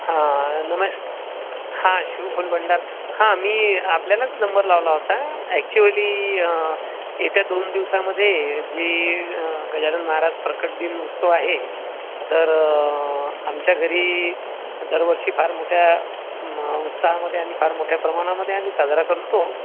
हां नमश् हां शिव फूल भंडार हां मी आपल्यालाच नंबर लावला होता अॅक्च्युअली येत्या दोन दिवसांमध्ये जी गजानन महाराज प्रकट दिन उत्सव आहे तर आमच्या घरी दरवर्षी फार मोठ्या उत्साहामध्ये आणि फार मोठ्या प्रमाणामध्ये आम्ही साजरा करतो